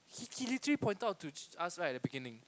he he literally pointed out to us right at the beginning